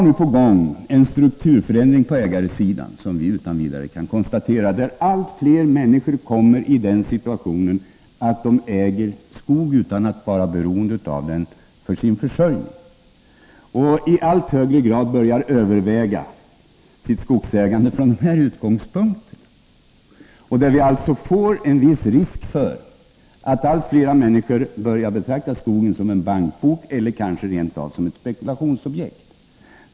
Det pågår nu en strukturförändring på ägarsidan — det kan vi utan vidare konstatera — där allt fler människor hamnar i den situationen att de äger skog utan att vara beroende av den för sin försörjning, och man börjar i allt högre grad överväga sitt skogsägande från den utgångspunkten. Det uppstår därmed en viss risk för att allt fler människor börjar betrakta skogen som en bankbok eller kanske rent av som ett spekulationsobjekt.